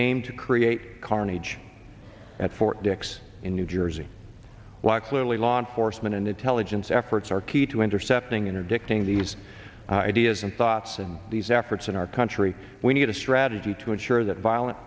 aim to create carnage at fort dix in new jersey while clearly law enforcement and intelligence efforts are key to intercepting interdicting these ideas and thoughts and these efforts in our country we need a strategy to ensure that violent